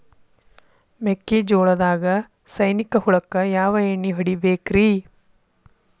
ಮೆಕ್ಕಿಜೋಳದಾಗ ಸೈನಿಕ ಹುಳಕ್ಕ ಯಾವ ಎಣ್ಣಿ ಹೊಡಿಬೇಕ್ರೇ?